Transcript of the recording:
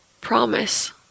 promise